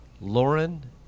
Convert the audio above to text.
Lauren